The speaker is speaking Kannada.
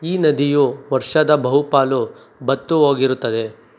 ಈ ನದಿಯು ವರ್ಷದ ಬಹುಪಾಲು ಬತ್ತು ಹೋಗಿರುತ್ತದೆ